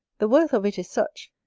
the worth of it is such,